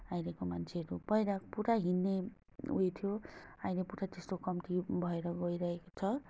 अहिलेको मान्छेहरू पहिला पुरा हिँड्ने उयो थियो अहिले पुरा त्यस्तो कम्ती भएर गइरहेको छ